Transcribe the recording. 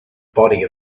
body